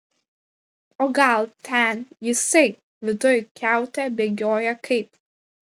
o gal ten jisai viduj kiaute bėgioja kaip